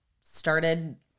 started